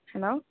hello